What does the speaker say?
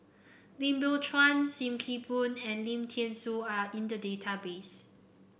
Lim Biow Chuan Sim Kee Boon and Lim Thean Soo are in the database